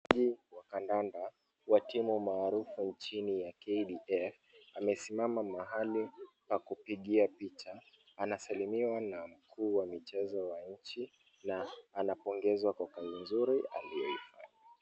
Mchezaji wa kandanda wa timu maarufu ya k d f wamesimama mahali pa kupigia picha. Wanasalimiwa na mkuu wa michezo wa nchi na anapongezwa kwa kazi nzuri aliyoifanya.